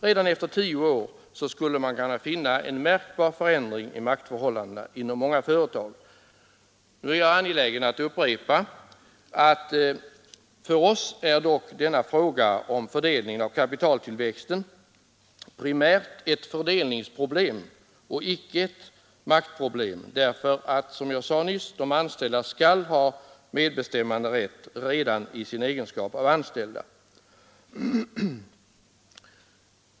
Redan efter tio år skulle man kunna finna en märkbar förändring i maktförhållandena inom 161 Jag är emellertid angelägen om att upprepa att för oss är denna fråga om fördelningen av kapitaltillväxten primärt ett fördelningsproblem och icke ett maktproblem, därför att de anställda — som jag nyss sade — skall ha medbestämmanderätt redan i sin egenskap av anställda.